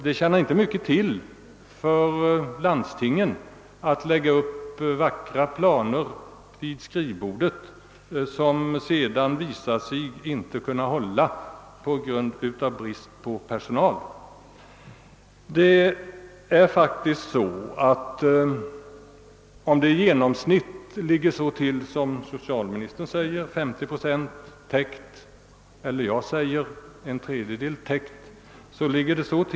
Det tjänar inte mycket till för landstingen att lägga upp vackra planer vid skrivborden, om dessa sedan visar sig inte kunna hålla på grund av brist på kvalificerad personal. I genomsnitt får cirka hälften, såsom socialministern anfört, eller en tredjedel, vilket jag hävdar, av de vårdbehövande vård.